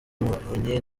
muvunyi